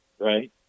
right